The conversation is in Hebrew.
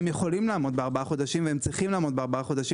הם יכולים וצריכים לעמוד בארבעה חודשים